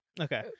Okay